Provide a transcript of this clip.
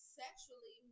sexually